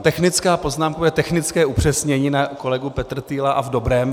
Technickou poznámkou je technické upřesnění na kolegu Petrtýla, a v dobrém.